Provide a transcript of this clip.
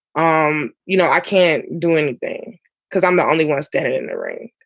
um you know, i can't do anything because i'm the only one to in in the race.